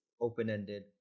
open-ended